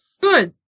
Good